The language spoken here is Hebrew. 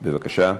בבקשה.